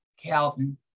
Calvin